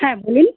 হ্যাঁ বলুন